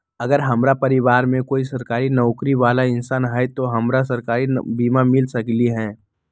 अगर हमरा परिवार में कोई सरकारी नौकरी बाला इंसान हई त हमरा सरकारी बीमा मिल सकलई ह?